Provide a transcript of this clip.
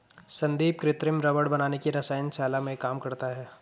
संदीप कृत्रिम रबड़ बनाने की रसायन शाला में काम करता है